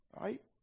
Right